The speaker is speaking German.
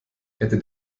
hätte